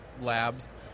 labs